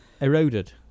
eroded